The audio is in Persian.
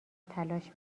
تلاش